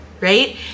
right